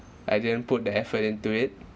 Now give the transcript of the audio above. I didn't put the effort into it